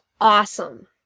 awesome